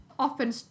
often